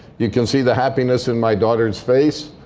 you can see the happiness in my daughter's face.